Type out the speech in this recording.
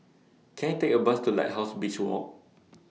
Can I Take A Bus to Lighthouse Beach Walk